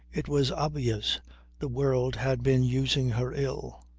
it was obvious the world had been using her ill.